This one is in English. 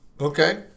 Okay